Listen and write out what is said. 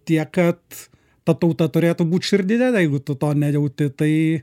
tiek kad ta tauta turėtų būt širdyje jeigu tu to nejauti tai